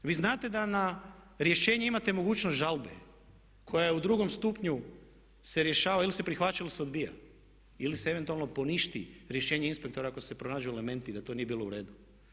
Vi znate da na rješenje imate mogućnost žalbe koja je u drugom stupnju se rješava, ili se prihvaća ili se odbija ili se eventualno poništi rješenje inspektora ako se pronađu elementi da to nije bilo u redu.